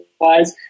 wise